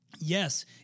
yes